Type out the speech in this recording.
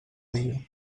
dia